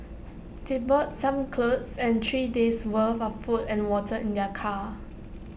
they bought some clothes and three days' worth of food and water in their car